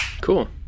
cool